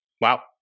Wow